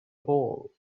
hole